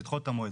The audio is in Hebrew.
לדחות את המועד.